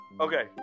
Okay